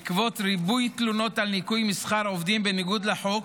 בעקבות ריבוי תלונות על ניכוי משכר העובדים בניגוד לחוק,